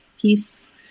piece